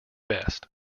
best